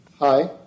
Hi